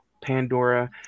Pandora